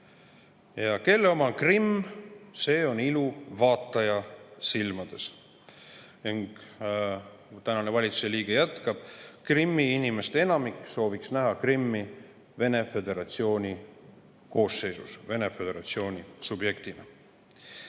Ja kelle oma on Krimm? See on [nagu] ilu vaataja silmades. Praegune valitsusliige jätkab: Krimmi inimeste enamik sooviks näha Krimmi Vene föderatsiooni koosseisus, Vene föderatsiooni subjektina. See